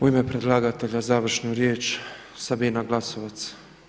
U ime predlagatelja završnu riječ Sabina Glasovac.